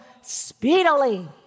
speedily